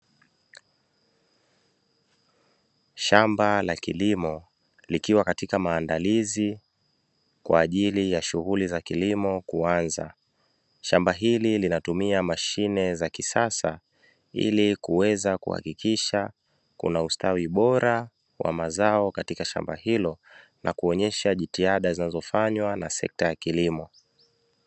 Shamba la kilimo likiwa katika maandalizi kwa ajili ya shughuli za kilimo kuanza, shamba hili linatumia mashine za kisasa ili kuweza kuhakikisha kuna ustawi bora wa mazao, katika shamba hilo na kuonyesha jitihada zinazofanywa na sekta ya kilimo.